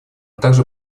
также